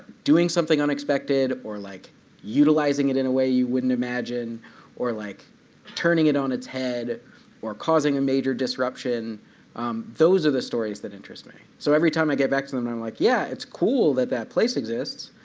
doing something unexpected or like utilizing it in a way you wouldn't imagine or like turning it on its head or causing a major disruption those are the stories that interest me. so every time i get back to them, i'm like, yeah, it's cool that that place exists.